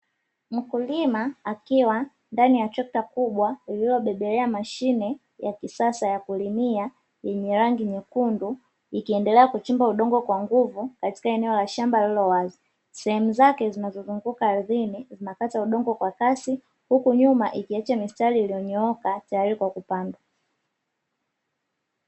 Mkulima akiwa ndani ya trekta kubwa lililobebelea mashine ya kisasa ya kulimia yenye rangi nyekundu ikiendelea kuchimba udongo kwa nguvu katika eneo la shamba, sehemu zake zinazozunguka ardhini zinakata udongo kwa kasi hukunyuma ikiacha mistari iliyonyooka tayari kwa kupanda.